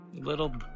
little